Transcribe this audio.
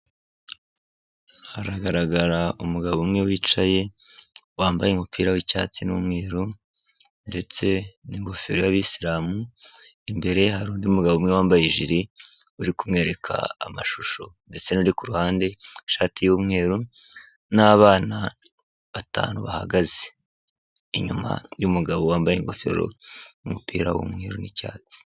Haragaragara umugabo umwe wicaye wambaye umupira w'icyatsi n'umweru ndetse n'ingofero yabisiramu, imbere ye hari undi mugabo umwe wambaye ijiri uri kumwereka amashusho ndetse n'undi ku ruhande w'ishati y'umweru n'abana batanu bahagaze, inyuma y'umugabo wambaye ingofero, umupira w'umweru n'icyatsi.